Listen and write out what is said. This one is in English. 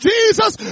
Jesus